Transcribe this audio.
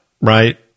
right